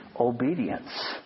obedience